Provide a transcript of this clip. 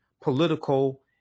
political